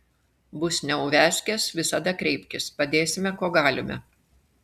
bus neuviazkės visada kreipkis padėsime kuo galime